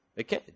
Okay